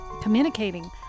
Communicating